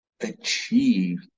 achieve